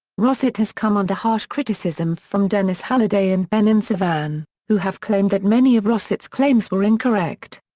rosett has come under harsh criticism from denis halliday and benon sevan, who have claimed that many of rosett's claims were incorrect.